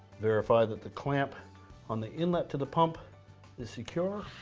verify that the clamp on the inlet to the pump is secure